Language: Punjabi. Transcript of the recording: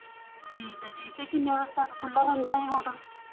ਠੀਕ ਹੈ ਜੀ ਅਤੇ ਕਿੰਨੇ ਵਜੇ ਤੱਕ ਖੁੱਲ੍ਹਾ ਰਹਿੰਦਾ ਇਹ ਹੋਟਲ